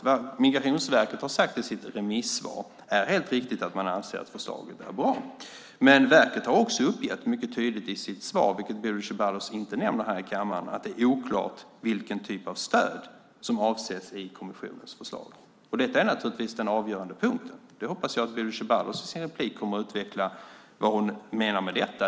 Vad Migrationsverket har sagt i sitt remissvar är helt riktigt att man anser att förslaget är bra. Men verket har också uppgett mycket tydligt i sitt svar, vilket Bodil Ceballos inte nämner här i kammaren, att det är oklart vilken typ av stöd som avses i kommissionens förslag. Detta är naturligtvis den avgörande punkten. Jag hoppas att Bodil Ceballos i sin replik kommer att utveckla vad hon menar med detta.